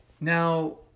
Now